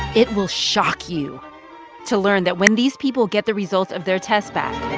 it will shock you to learn that when these people get the results of their tests back,